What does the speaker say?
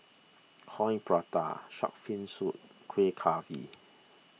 Coin Prata Shark's Fin Soup Kueh Kaswi